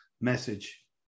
message